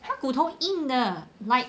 他骨头硬的 like